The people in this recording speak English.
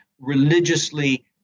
religiously